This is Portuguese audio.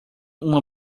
uma